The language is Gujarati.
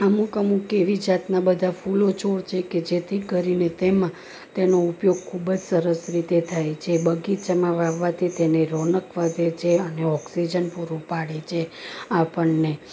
અમુક અમુક એવી જાતના બધા ફૂલો છોડ છે કે જેથી કરીને તેમાં તેનો ઉપયોગ ખૂબ જ સરસ રીતે થાય છે બગીચામા વાવવાથી તેને રોનક વધે છે અને ઓક્સિજન પૂરું પાડે છે આપણને